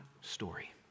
story